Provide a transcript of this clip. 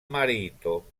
marito